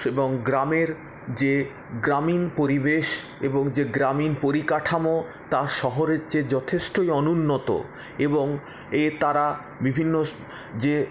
এবং গ্রামের যে গ্রামীণ পরিবেশ এবং যে গ্রামীণ পরিকাঠামো তা শহরের চেয়ে যথেষ্টই অনুন্নত এবং এ তারা বিভিন্ন যে